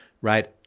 right